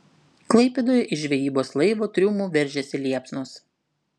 klaipėdoje iš žvejybos laivo triumų veržėsi liepsnos